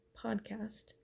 podcast